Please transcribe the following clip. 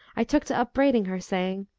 i took to upbraiding her, saying,